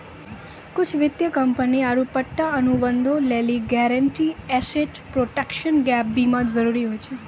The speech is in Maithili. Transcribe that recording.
कुछु वित्तीय कंपनी आरु पट्टा अनुबंधो लेली गारंटीड एसेट प्रोटेक्शन गैप बीमा जरुरी होय छै